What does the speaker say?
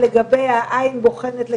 אנחנו מלווים בוועדה את התכנית